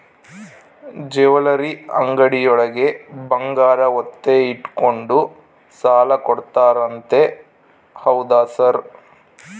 Jewellery ಅಂಗಡಿಯೊಳಗ ಬಂಗಾರ ಒತ್ತೆ ಇಟ್ಕೊಂಡು ಸಾಲ ಕೊಡ್ತಾರಂತೆ ಹೌದಾ ಸರ್?